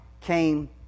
came